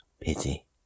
pity